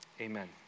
amen